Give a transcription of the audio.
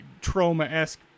trauma-esque